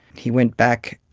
he went back,